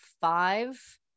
five